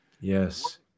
Yes